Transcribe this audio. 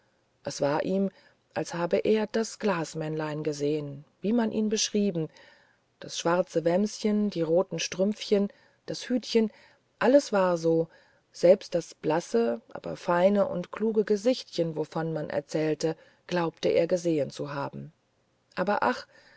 es war ihm als habe er das glasmännlein gesehen wie man ihn beschrieben das schwarze wämschen die roten stümpfchen das hütchen alles war so selbst das blasse aber feine und kluge gesichtchen wovon man erzählte glaubte er gesehen zu haben aber ach